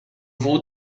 vou